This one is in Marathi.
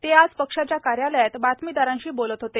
ते आज पक्षाच्या कार्यालयात बातमीदारांशी बोलत होते